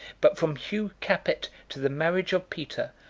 but from hugh capet to the marriage of peter,